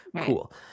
Cool